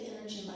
energy